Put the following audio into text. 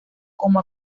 como